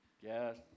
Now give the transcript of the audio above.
yes